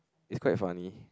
it's quite funny